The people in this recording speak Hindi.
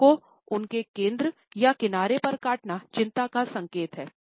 होठों को उनके केन्द्र या किनारे पर काटना चिंता का संकेत है